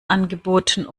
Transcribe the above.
angeboten